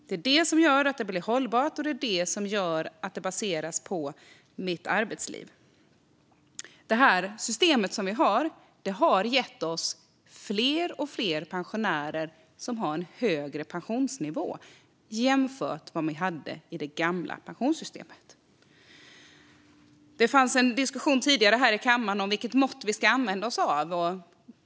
Det är det som gör systemet hållbart, och det baseras på mitt arbetsliv. Systemet har gett oss fler och fler pensionärer som har en högre pensionsnivå jämfört med det gamla pensionssystemet. Det fanns tidigare en diskussion i kammaren om vilket mått vi ska använda oss av.